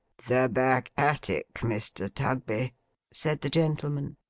the back-attic, mr. tugby said the gentleman,